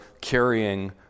carrying